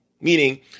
meaning